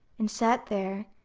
and sat there,